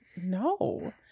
no